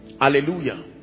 Hallelujah